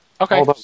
Okay